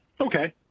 Okay